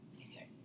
Okay